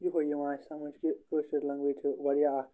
یِہوے یِوان اَسہِ سَمٕجھ کہِ کٲشِر لنٛگویج چھِ واریاہ اَکھ